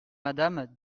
madame